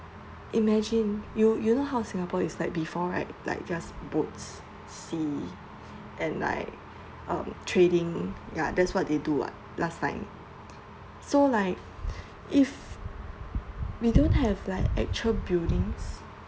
imagine you you know how singapore is like before right like just boats sea and like uh trading ya that's what they do [what] last time so like if we don't have like actual buildings